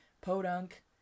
Podunk